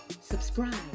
subscribe